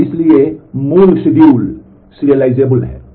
और इसलिए मूल शिड्यूल है